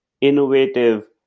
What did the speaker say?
innovative